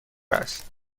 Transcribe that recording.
است